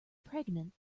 pregnant